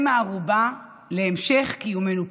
הם הערובה להמשך קיומנו פה,